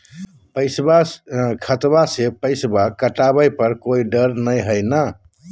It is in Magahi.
खतबा से पैसबा कटाबे पर कोइ डर नय हय ना?